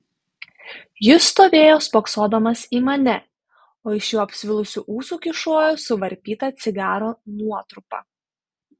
jis stovėjo spoksodamas į mane o iš jo apsvilusių ūsų kyšojo suvarpyta cigaro nuotrupa